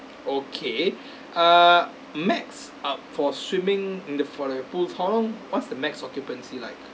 okay err max uh for swimming in the for like pool how long what's the max occupancy like